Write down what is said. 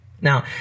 Now